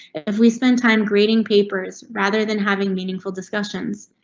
if we spend time grading papers rather than having meaningful discussions.